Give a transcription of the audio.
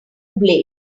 blades